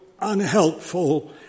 unhelpful